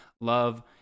Love